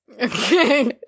Okay